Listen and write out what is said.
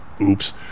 oops